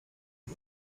you